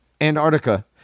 Antarctica